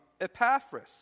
Epaphras